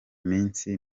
minsi